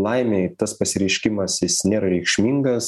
laimei tas pasireiškimas jis nėra reikšmingas